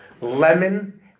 Lemon